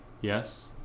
yes